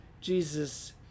Jesus